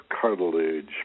cartilage